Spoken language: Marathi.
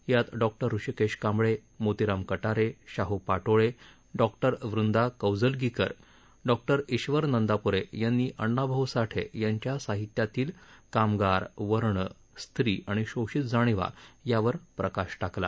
यात doctor Hrishikesh Kamble Motiram Katare Shah Patole doctor Vrinda Kaujalgikar doctor Ishwar Nanda प्रे यांनी अण्णाभाऊ साठे यांच्या साहित्यातील कामगार वर्ण स्त्री आणि शोषित जाणीवा यावर प्रकाश टाकला